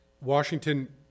Washington